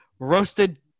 Roasted